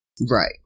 Right